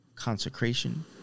consecration